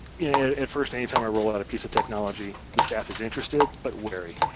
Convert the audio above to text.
you know at first, any time i roll out a piece of technology, the staff is interested but wary.